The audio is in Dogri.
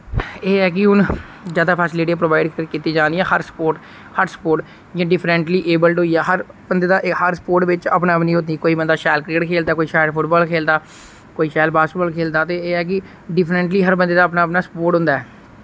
एह् ऐ कि हुन ज्यादा फैसिलिटियां प्रोवाइड कीत्ति जा दियां हर स्पोर्ट हर स्पोर्ट जि'यां डिफरेंटली अबल्ड होइया हर बंदे दा हर स्पोर्ट विच अपने आप नि होंदी कोई बंदा शैल क्रिकेट खेलदा कोई शैल फुटबाल खेलदा कोई शैल बास्केटबाल खेलदा ते एह् ऐ कि डिफरेंटली हर बंदे दा अपना अपना स्पोर्ट होंदा ऐ